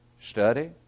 study